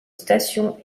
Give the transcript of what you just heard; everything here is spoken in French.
station